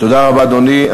תודה רבה, אדוני.